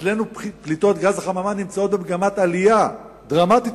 אצלנו פליטות גז החממה נמצאות במגמת עלייה דרמטית.